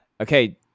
okay